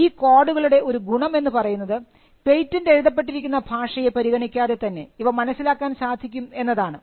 ഈ കോഡുകളുടെ ഒരു ഗുണം എന്ന് പറയുന്നത് പേറ്റന്റ് എഴുതപ്പെട്ടിരിക്കുന്ന ഭാഷയെ പരിഗണിക്കാതെ തന്നെ ഇവ മനസ്സിലാക്കാൻ സാധിക്കും എന്നതാണ്